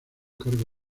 cargo